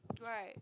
right